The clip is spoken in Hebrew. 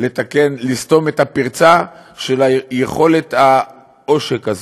לסתום את הפרצה של יכולת העושק הזאת.